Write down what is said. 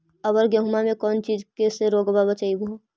अबर गेहुमा मे कौन चीज के से रोग्बा के बचयभो?